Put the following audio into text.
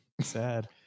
Sad